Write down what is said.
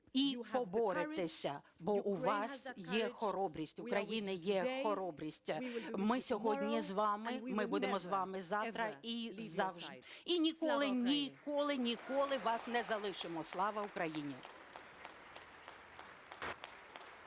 – поборете" бо у вас є хоробрість, в Україні є хоробрість. Ми сьогодні з вами, ми будемо з вами завтра і ніколи-ніколи-ніколи вас не залишимо. Слава Україні!